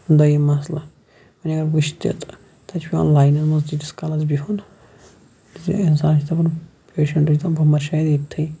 دوٚیِم مَسلہٕ وۄنۍ اَگَر وٕچھِ تہِ تَتہِ چھُ پیٚوان لاینَن مَنٛز تیٖتِس کالَس بِہُن زِ اِنسان چھُ دَپان پیشَنٹ چھُ دَپان بہٕ مَرٕ شاید ییٚتۍ تھی